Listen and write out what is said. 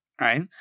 right